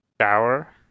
shower